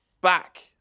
back